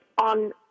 on